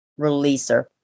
releaser